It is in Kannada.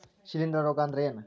ಶಿಲೇಂಧ್ರ ರೋಗಾ ಅಂದ್ರ ಏನ್?